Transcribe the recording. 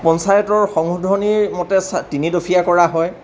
পঞ্চায়তৰ সংশোধনীৰ মতে তিনিদফীয়া কৰা হয়